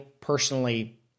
personally